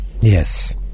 Yes